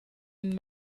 ihnen